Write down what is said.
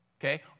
okay